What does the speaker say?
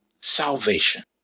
salvation